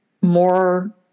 more